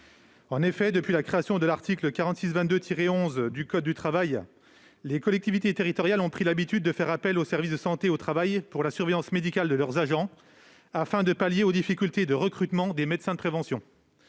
Haye. Depuis la création de l'article L. 4622-11 du code du travail, les collectivités territoriales ont pris l'habitude de faire appel au service de santé au travail pour assurer la surveillance médicale de leurs agents, afin de pallier les difficultés de recrutement des médecins de prévention.